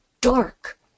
dark